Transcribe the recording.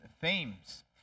themes